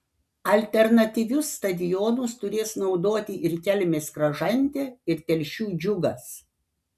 alternatyvius stadionus turės naudoti ir kelmės kražantė ir telšių džiugas